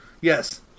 Yes